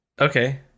okay